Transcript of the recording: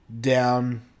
down